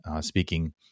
speaking